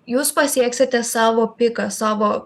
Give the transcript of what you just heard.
jūs pasieksite savo piką savo